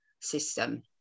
system